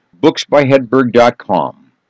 booksbyhedberg.com